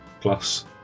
plus